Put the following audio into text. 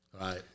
right